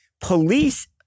Police